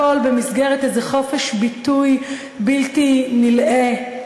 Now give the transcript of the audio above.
הכול במסגרת איזה חופש ביטוי בלתי נלאה.